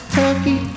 turkey